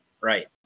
right